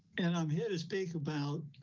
and i'm here to speak about,